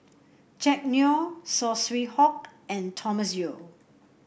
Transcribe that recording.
Jack Neo Saw Swee Hock and Thomas Yeo